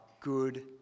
good